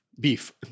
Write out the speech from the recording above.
Beef